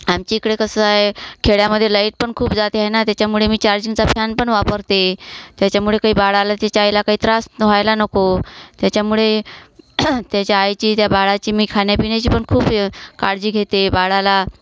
आमच्या इकडं कसं आहे खेड्यामध्ये लाइट पण खूप जात आहे ना त्याच्यामुळे मी चार्जिंगचा फॅन पण वापरते त्याच्यामुळे काही बाळाला त्याच्या आईला काही त्रास व्हायला नको त्याच्यामुळे त्याच्या आईची बाळाची मी खाण्यापिण्याची पण खूप काळजी घेते बाळाला